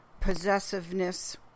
possessiveness